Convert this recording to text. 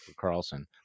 Carlson